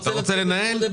אתה רוצה לנהל?